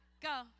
go